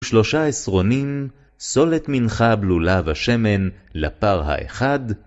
שלושה עשרונים, סולת מנחה, בלולה בשמן, לפר האחד.